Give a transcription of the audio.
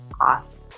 Awesome